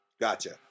gotcha